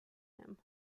him